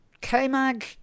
K-Mag